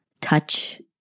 touch